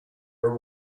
are